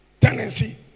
Tendency